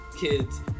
kids